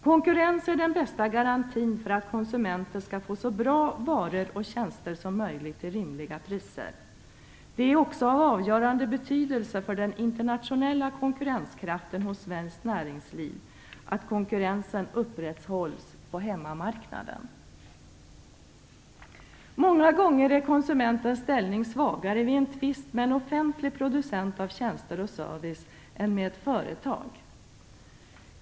Konkurrens är den bästa garantin för att konsumenten skall få så bra varor och tjänster som möjligt till rimliga priser. Det är också av avgörande betydelse för den internationella konkurrenskraften hos svenskt näringsliv att konkurrensen upprätthålls på hemmamarknaden. Många gånger är konsumentens ställning svagare vid en tvist med en offentlig producent av tjänster och service än med ett företag.